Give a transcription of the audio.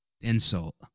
insult